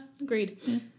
Agreed